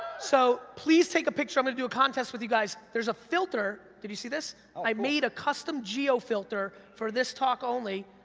so, please take a picture, i'm gonna do a contest with you guys, there's a filter, did you see this? oh, cool! i made a custom geo-filter, for this talk only,